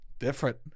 Different